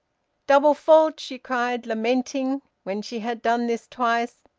double fault! she cried, lamenting, when she had done this twice.